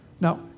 Now